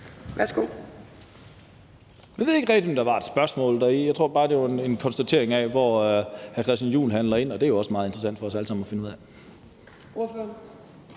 Jeg ved ikke rigtig, om der var et spørgsmål deri. Jeg tror bare, det var en konstatering af, hvor hr. Christian Juhl handler ind, og det er jo også meget interessant for os alle sammen at finde ud af. Kl.